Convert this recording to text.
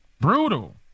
Brutal